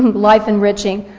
and life-enriching,